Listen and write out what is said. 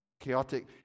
chaotic